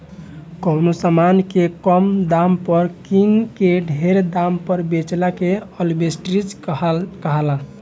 कवनो समान के कम दाम पर किन के ढेर दाम पर बेचला के आर्ब्रिट्रेज कहाला